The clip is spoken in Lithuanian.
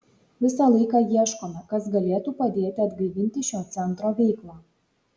visą laiką ieškome kas galėtų padėti atgaivinti šio centro veiklą